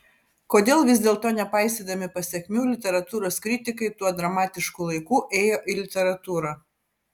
kodėl vis dėlto nepaisydami pasekmių literatūros kritikai tuo dramatišku laiku ėjo į literatūrą